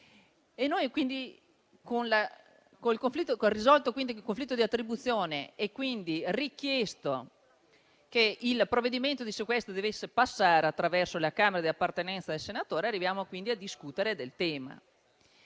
dunque il conflitto di attribuzione e richiesto che il provvedimento di sequestro dovesse passare attraverso la Camera di appartenenza del senatore, arriviamo così a discutere del tema.